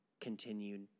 continued